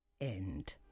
end